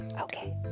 Okay